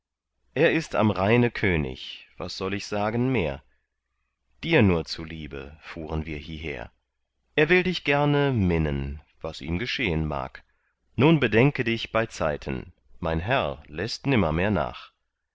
er ist am rheine könig was soll ich sagen mehr dir nur zuliebe fuhren wir hieher er will dich gerne minnen was ihm geschehen mag nun bedenke dich beizeiten mein herr läßt nimmermehr nach